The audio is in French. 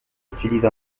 utilise